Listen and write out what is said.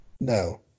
no